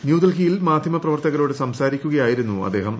ന്യൂഡൽഹിയിൽ മാധൃമപ്രവർത്തകരോട് സംസാരിക്കുകയായിരുന്നു അദ്ദേഹം